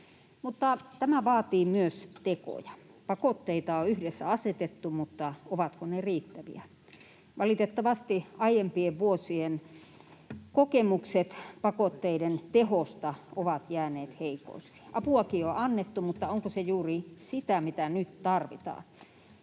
tämä vaatii myös tekoja. Pakotteita on yhdessä asetettu, mutta ovatko ne riittäviä? Valitettavasti aiempien vuosien kokemukset pakotteiden tehosta ovat jääneet heikoiksi. Apuakin on annettu, mutta onko se juuri sitä, mitä nyt tarvitaan?